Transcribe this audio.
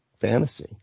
fantasy